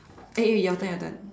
eh eh your turn your turn